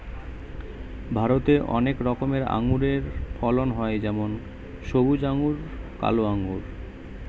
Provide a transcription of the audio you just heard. ভারতে অনেক রকমের আঙুরের ফলন হয় যেমন সবুজ আঙ্গুর, কালো আঙ্গুর